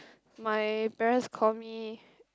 my parents call me